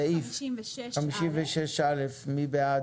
סעיף 56 א' סעיף 56 א', מי בעד?